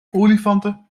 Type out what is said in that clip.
olifanten